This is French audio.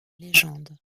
légendes